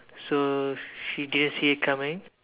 so she didn't see it coming